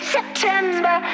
September